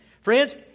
Friends